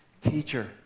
teacher